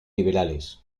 liberales